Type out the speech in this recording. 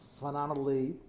phenomenally